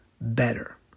better